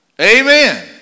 Amen